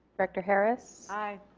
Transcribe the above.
director harris aye.